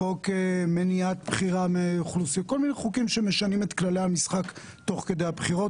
חוק מניעת בחירה כל מיני חוקים שמשנים את כללי המשחק תוך כדי הבחירות,